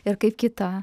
ir kaip kita